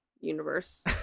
universe